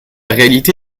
réalité